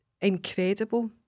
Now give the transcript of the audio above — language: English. incredible